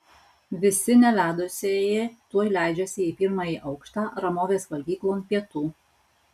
visi nevedusieji tuoj leidžiasi į pirmąjį aukštą ramovės valgyklon pietų